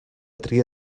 tria